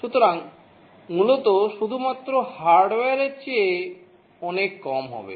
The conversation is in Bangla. সুতরাং মূলত শুধুমাত্র হার্ডওয়্যার এর চেয়ে অনেক কম হবে